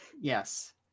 Yes